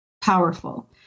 powerful